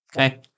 Okay